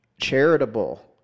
charitable